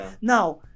now